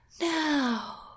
Now